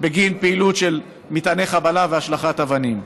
בגין פעילות של מטעני חבלה והשלכת אבנים.